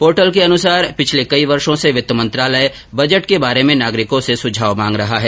portal के अनुसार पिछले कई वर्षो से वित्त मंत्रालय बजट के बारे में नागरिकों से सुझाव मांग रहा है